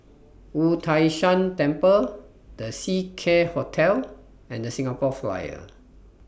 Wu Tai Shan Temple The Seacare Hotel and The Singapore Flyer